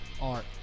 Art